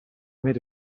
made